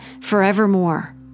forevermore